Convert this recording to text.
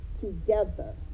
together